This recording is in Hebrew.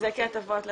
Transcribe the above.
הטבות ל